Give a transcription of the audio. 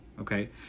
okay